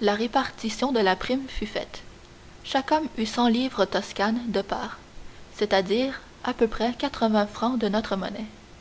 la répartition de la prime fut faite chaque homme eut cent livres toscanes de part c'est-à-dire à peu près quatre-vingts francs de notre monnaie